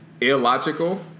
Illogical